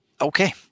Okay